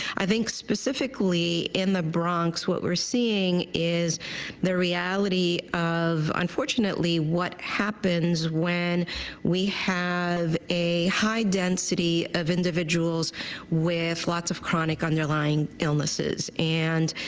i think specifically in the bronx what we are seeing is the reality of unfortunately what happens when we have a high density of individuals with lots of chronic underlying illnesses. and